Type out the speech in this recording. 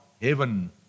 Heaven